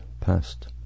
past